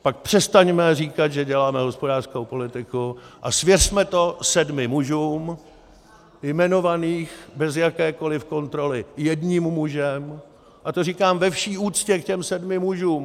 Pak přestaňme říkat, že děláme hospodářskou politiku, a svěřme to sedmi mužům jmenovaným bez jakékoliv kontroly jedním mužem, a to říkám ve vší úctě k těm sedmi mužům.